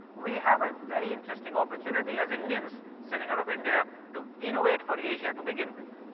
we have a very interesting opportunity as indians sitting out of india, to innovate for asia to begin with,